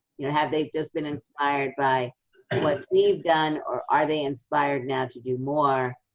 you know, have they just been inspired by what we've done, or are they inspired now to do more,